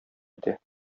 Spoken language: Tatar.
итә